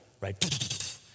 right